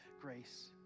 grace